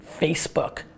Facebook